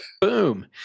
Boom